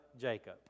Jacob